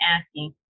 asking